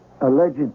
alleged